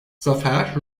zafer